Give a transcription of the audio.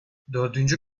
dördüncü